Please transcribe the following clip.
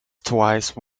twice